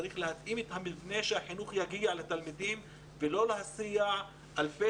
צריך להתאים את המבנה שהחינוך יגיע לתלמידים ולא להסיע אלפי